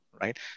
right